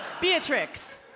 Beatrix